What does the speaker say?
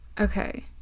okay